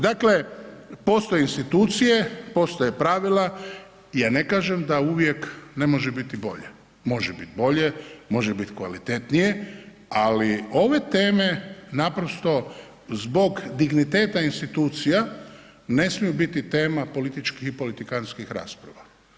Dakle, postoje institucije, postoje pravila, ja ne kažem da uvijek ne može biti bolje, može biti bolje, može biti kvalitetnije, ali ove teme naprosto zbog digniteta institucija ne smiju biti tema političkih i politikantskih rasprava.